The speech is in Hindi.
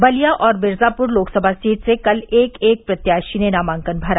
बलिया और मिर्जाप्र लोकसभा सीट से कल एक एक प्रत्याशी ने नामांकन भरा